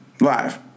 Live